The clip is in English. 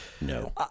no